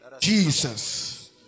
Jesus